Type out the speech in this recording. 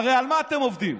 הרי על מה אתם עובדים?